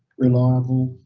reliable,